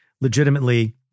legitimately